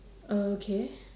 oh okay